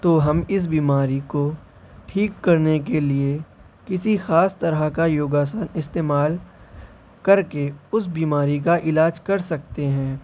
تو ہم اس بیماری کو ٹھیک کر نے کے لیے كسی خاص طرح کا یوگا استعمال كر کے اس بیماری کا علاج کر سکتے ہیں